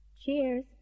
Cheers